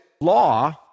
Law